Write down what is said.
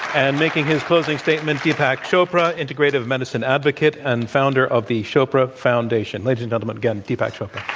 and making his closing statement, deepak chopra, integrative medicine advocate and founder of the chopra foundation. ladies and gentlemen, again, deepak chopra.